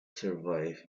survives